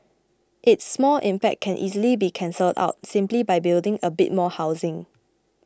its small impact can easily be cancelled out simply by building a bit more housing